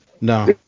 No